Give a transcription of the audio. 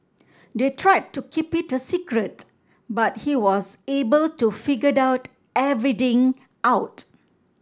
they tried to keep it a secret but he was able to figure the everything out